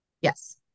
Yes